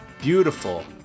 beautiful